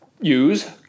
Use